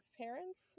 parents